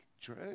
True